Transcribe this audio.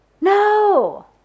No